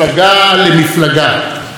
בין רוב למיעוט,